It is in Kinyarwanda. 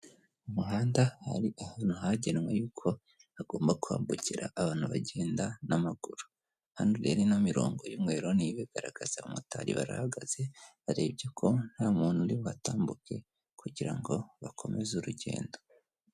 Mu muhanda hari ahantu hagenwe yuko agomba kwambukira abantu bagenda n'amaguru hano ureba ni imirongo y'umweru, niyo ibigaragaza abamotari barahagaze barebye ko nta muntu uri buhatambuke kugira ngo bakomeze urugendo.